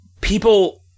people